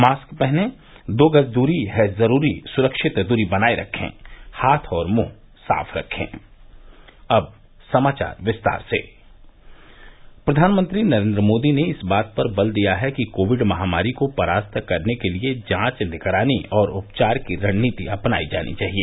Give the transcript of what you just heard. mask पहनें दो गज दूरी है जरूरी सुरक्षित दूरी बनाये रखें हाथ और मुंह साफ रखें प्रधानमंत्री नरेन्द्र मोदी ने इस बात पर बल दिया है कि कोविड महामारी को परास्त करने के लिए जांच निगरानी और उपचार की रणनीति अपनाई जानी चाहिए